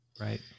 Right